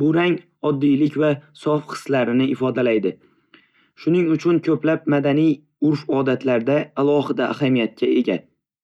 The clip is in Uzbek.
Bu rang oddiylik va sof hislarni ifodalaydi, shuning uchun ko'plab madaniy urf-odatlarda alohida ahamiyatga ega.